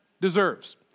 deserves